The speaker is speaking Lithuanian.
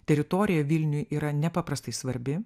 teritorija vilniui yra nepaprastai svarbi